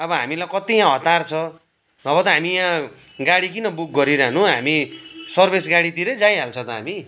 अब हामीलाई कत्ति यहाँ हतार छ नभए त हामी यहाँ गाडी किन बुक गरिरानु हामी सर्वेस गाडीतिरै जाइहाल्छ त हामी